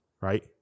Right